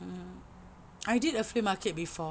mmhmm I did a flea market before